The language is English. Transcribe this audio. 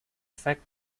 fact